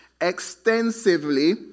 extensively